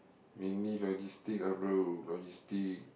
mainly logistic ah bro logistic